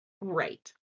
Right